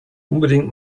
unbedingt